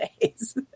days